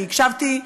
כי הקשבתי,